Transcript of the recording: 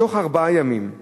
תוך ארבעה ימים.